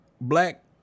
Black